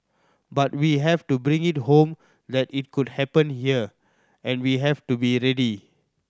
but we have to bring it home that it could happen here and we have to be ready